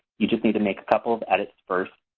you just need to make a couple of edits first.